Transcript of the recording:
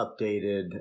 updated